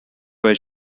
where